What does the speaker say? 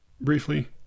briefly